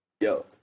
yo